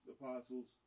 apostles